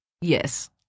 Yes